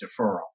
deferral